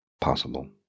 possible